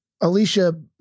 Alicia